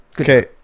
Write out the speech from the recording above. Okay